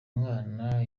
mwana